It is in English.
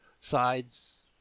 Sides